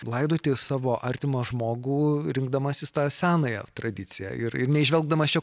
laidoti savo artimą žmogų rinkdamasis tą senąją tradiciją ir neįžvelgdamas čia